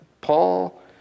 Paul